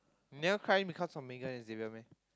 never cry because of Megan and Xavier meh